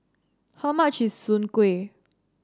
how much is Soon Kway